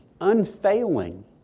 unfailing